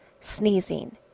Sneezing